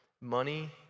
money